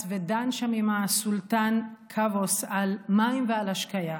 ודן שם עם הסולטן קאבוס על מים ועל השקיה.